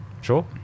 Sure